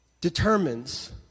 determines